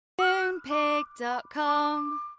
Moonpig.com